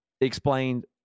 explained